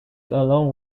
along